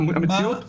המציאות מורכבת.